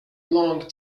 long